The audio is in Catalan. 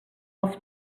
als